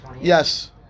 Yes